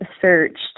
searched